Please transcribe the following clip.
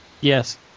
Yes